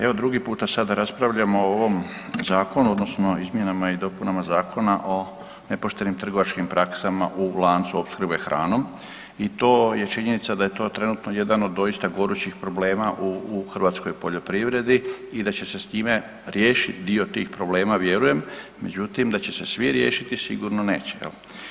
Evo drugi puta sada raspravljamo o ovom zakonu odnosno izmjenama i dopunama Zakona o nepoštenim trgovačkim praksama u lancu opskrbe hranom i to je činjenica da je to trenutno jedan od doista gorućih problema u hrvatskoj poljoprivredi i da će se s time riješiti dio tih problema, vjerujem međutim da će se svi riješiti, sigurno neće, jel.